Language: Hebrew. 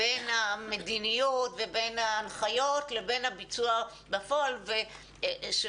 בין המדיניות ובין ההנחיות לבין הביצוע בפועל שהוא